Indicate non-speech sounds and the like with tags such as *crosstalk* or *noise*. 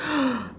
*noise*